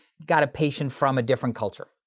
got a patient from a different culture.